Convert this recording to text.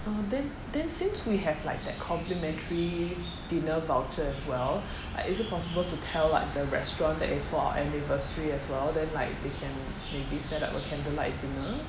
uh then then since we have like that complimentary dinner voucher as well like is it possible to tell like the restaurant that it's for our anniversary as well then like they can maybe set up a candlelight dinner